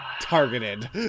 Targeted